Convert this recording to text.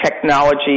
Technology